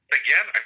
again